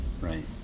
Right